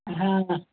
हा त